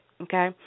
okay